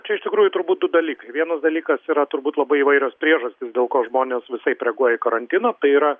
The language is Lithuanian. čia iš tikrųjų turbūt du dalykai vienas dalykas yra turbūt labai įvairios priežastys dėl ko žmonės visaip reaguoja į karantiną tai yra